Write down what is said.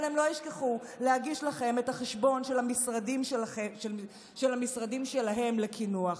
אבל הם לא ישכחו להגיש לכם את החשבון של המשרדים שלהם לקינוח.